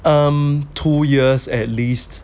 um two years at least